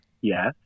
Yes